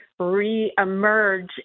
reemerge